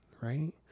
right